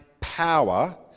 power